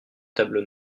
tables